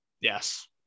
Yes